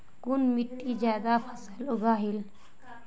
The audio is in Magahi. कुन मिट्टी ज्यादा फसल उगहिल?